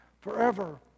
forever